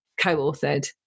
co-authored